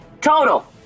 Total